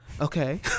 Okay